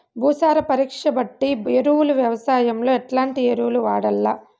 భూసార పరీక్ష బట్టి ఎరువులు వ్యవసాయంలో ఎట్లాంటి ఎరువులు వాడల్ల?